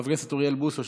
חבר הכנסת אוריאל בוסו,